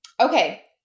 Okay